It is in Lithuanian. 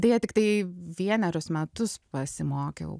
deja tiktai vienerius metus pasimokiau